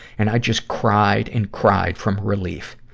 and i just cried and cried from relief.